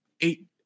eight